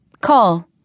Call